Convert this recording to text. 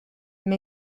may